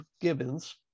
Gibbons